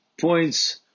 points